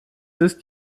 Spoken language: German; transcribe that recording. ist